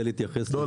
25